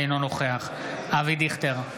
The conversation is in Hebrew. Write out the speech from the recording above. אינו נוכח אבי דיכטר,